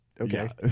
okay